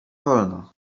wolno